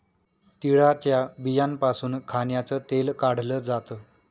तिळाच्या बियांपासून खाण्याचं तेल काढल जात